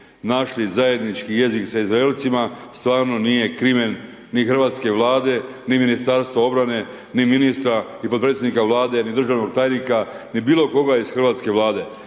našli zajednički jezik s …/Govornik se ne razumije/…stvarno nije krimen ni hrvatske Vlade, ni Ministarstva obrane, ni ministra i potpredsjednika Vlade, ni državnog tajnika, ni bilo koga iz hrvatske Vlade.